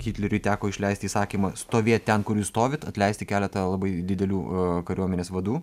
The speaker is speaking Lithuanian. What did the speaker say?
hitleriui teko išleisti įsakymą stovėt ten kur jūs stovit atleisti keletą labai didelių kariuomenės vadų